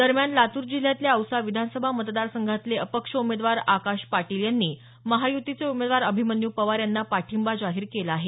दरम्यान लातूर जिल्ह्यातल्या औसा विधानसभा मतदारसंघातले अपक्ष उमेदवार आकाश पाटील यांनी महायुतीचे उमेदवार अभिमन्यू पवार यांना पाठिंबा जाहीर केला आहे